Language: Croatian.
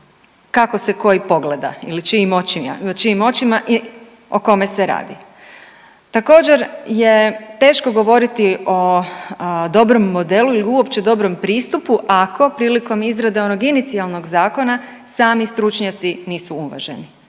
kako se koji pogleda ili čijim očima i o kome se radi. Također je teško govoriti o dobrom modelu ili uopće dobrom pristupu ako prilikom izrade onog inicijalnog zakona sami stručnjaci nisu uvaženi,